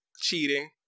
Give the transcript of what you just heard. cheating